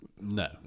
No